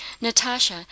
natasha